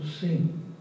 sing